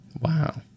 Wow